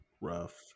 rough